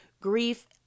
grief